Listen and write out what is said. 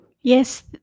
Yes